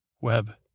web